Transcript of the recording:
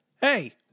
hey